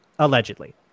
Allegedly